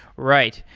right.